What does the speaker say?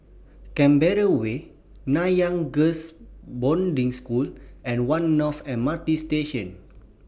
Canberra Way Nanyang Girls' Boarding School and one North M R T Station